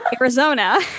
Arizona